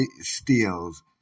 steals